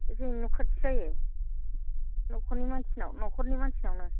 जोंनि न'खाथि जायो न'खरनि मानसिनाव न'खरनि मानसिनावनो